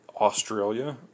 Australia